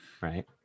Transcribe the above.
right